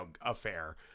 affair